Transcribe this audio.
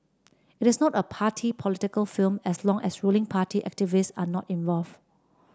it is not a party political film as long as ruling party activists are not involved